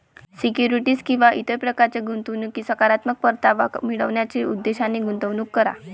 securities किंवा इतर प्रकारच्या गुंतवणुकीत सकारात्मक परतावा मिळवण्याच्या उद्देशाने गुंतवणूक करा